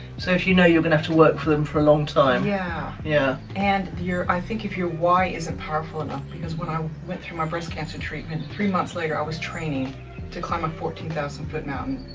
so if you know you're going to have to work for them for a long time, yeah. yeah. and you're, i think if your why isn't powerful enough. because when i went through my breast cancer treatment, three months later, i was training to climb a fourteen thousand foot mountain,